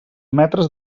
metres